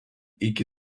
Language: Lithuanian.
iki